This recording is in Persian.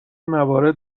موارد